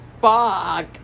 fuck